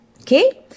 Okay